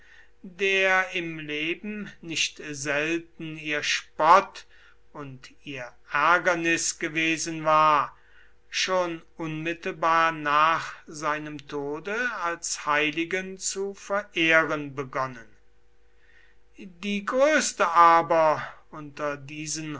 der im leben nicht selten ihr spott und ihr ärgernis gewesen war schon unmittelbar nach seinem tode als heiligen zu verehren begonnen die größte aber unter diesen